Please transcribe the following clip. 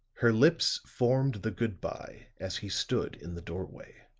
her lips formed the good-by as he stood in the doorway